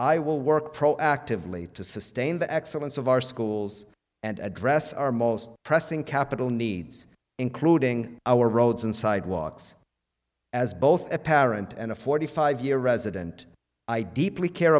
i will work proactively to sustain the excellence of our schools and address our most pressing capital needs including our roads and sidewalks as both a parent and a forty five year resident i deeply care